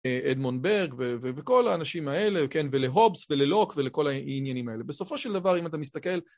אדמונד ברג וכל האנשים האלה, ולהובס וללוק ולכל העניינים האלה, בסופו של דבר אם אתה מסתכל